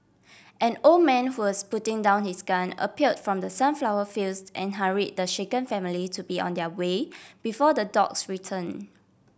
an old man who was putting down his gun appear from the sunflower fields and hurry the shaken family to be on their way before the dogs return